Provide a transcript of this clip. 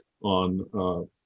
on